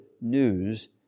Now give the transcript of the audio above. news